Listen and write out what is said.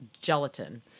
gelatin